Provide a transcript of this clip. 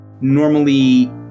Normally